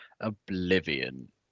oblivion